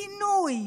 "פינוי"?